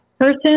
person